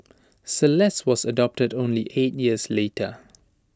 celeste was adopted only eight years later